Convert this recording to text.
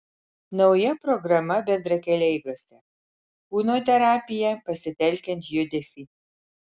nauja programa bendrakeleiviuose kūno terapija pasitelkiant judesį